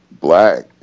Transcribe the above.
black